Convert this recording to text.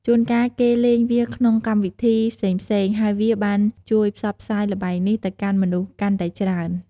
ជួនកាលគេលេងវាក្នុងកម្មវិធីផ្សេងៗ ហើយវាបានជួយផ្សព្វផ្សាយល្បែងនេះទៅកាន់មនុស្សកាន់តែច្រើន។